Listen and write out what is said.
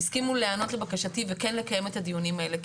הסכימו להענות לבקשתי וכן לקיים את הדיונים האלה.